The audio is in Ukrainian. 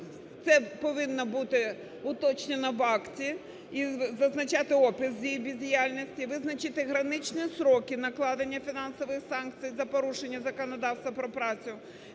це повинно бути уточнено в акті і зазначати опис цієї бездіяльності. Визначити граничні строки накладення фінансових санкцій за порушення законодавства про працю.